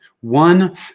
One